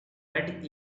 red